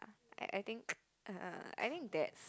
I I think err I think that's